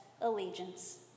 allegiance